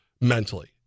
mentally